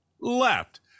Left